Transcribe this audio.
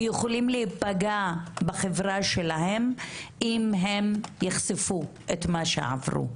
ויכולים להיפגע בחברה שלהם אם הם יחשפו את מה שעברו.